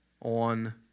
On